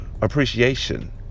appreciation